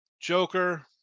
Joker